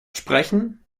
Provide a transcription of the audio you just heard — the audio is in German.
sprechen